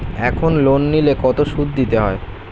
এখন লোন নিলে কত সুদ দিতে হয়?